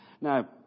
Now